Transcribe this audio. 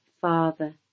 Father